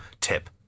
tip